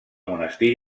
monestir